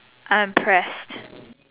I'm impressed